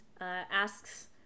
asks